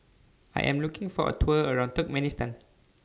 I Am looking For A Tour around Turkmenistan